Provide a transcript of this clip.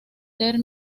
ser